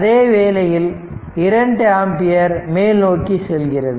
அதே வேளையில் இந்த 2 ஆம்பியர் மேல் நோக்கி செல்கிறது